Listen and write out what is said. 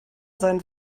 seinen